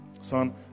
son